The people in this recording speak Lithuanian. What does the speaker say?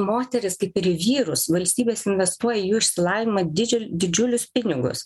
moteris kaip ir į vyrus valstybės investuoja į jų išsilavinimą didžiul didžiulius pinigus